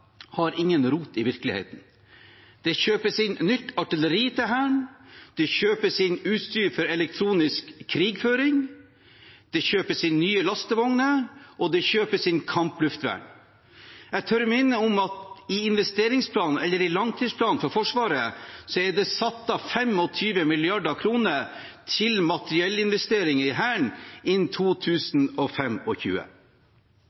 har ingen rot i virkeligheten. Det kjøpes inn nytt artilleri til Hæren, det kjøpes inn utstyr for elektronisk krigføring, det kjøpes inn nye lastevogner, og det kjøpes inn kampluftvern. Jeg tør minne om at det i langtidsplanen for Forsvaret er satt av 25 mrd. kr til materiellinvesteringer i Hæren innen